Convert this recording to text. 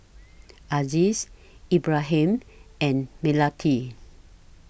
Aziz Ibrahim and Melati